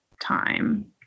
time